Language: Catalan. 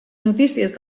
notícies